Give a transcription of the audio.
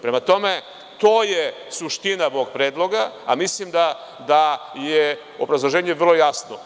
Prema tome, to je suština mog predloga, a mislim da je obrazloženje vrlo jasno.